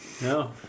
No